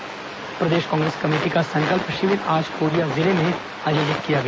संकल्प शिविर प्रदेश कांग्रेस कमेटी का संकल्प शिविर आज कोरिया जिले में आयोजित किया गया